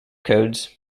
codes